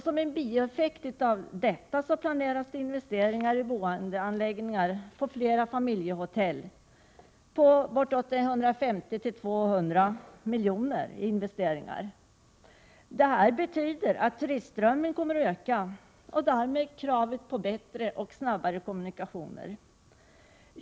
Som bieffekt av detta planeras investeringar i boendeanläggningar på flera familjehotell om 150-200 miljoner. Detta betyder att turistströmmen kommer att öka och därmed kravet på bättre och snabbare kommunikationer.